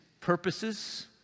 purposes